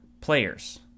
players